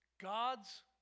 God's